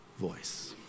voice